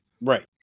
Right